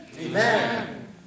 Amen